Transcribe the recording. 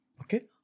Okay